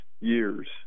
Years